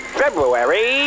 february